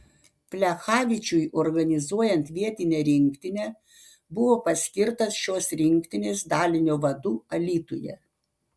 plechavičiui organizuojant vietinę rinktinę buvo paskirtas šios rinktinės dalinio vadu alytuje